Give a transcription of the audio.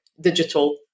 digital